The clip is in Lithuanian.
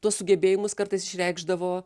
tuos sugebėjimus kartais išreikšdavo